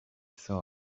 saw